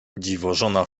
dziwożona